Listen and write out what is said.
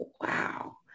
wow